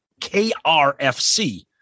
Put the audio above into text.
KRFC